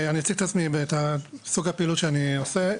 אני אציג את עצמי ואת סוג הפעילות שאני עושה.